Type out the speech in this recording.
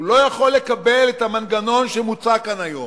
הוא לא יכול לקבל את המנגנון שמוצע כאן היום.